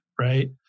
right